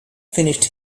finished